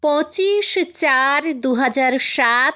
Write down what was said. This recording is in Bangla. পঁচিশ চার দু হাজার সাত